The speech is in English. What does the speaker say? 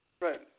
Right